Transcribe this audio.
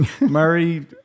Murray